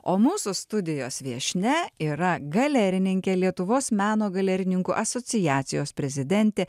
o mūsų studijos viešnia yra galerininkė lietuvos meno galerininkų asociacijos prezidentė